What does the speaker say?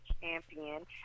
champion